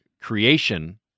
creation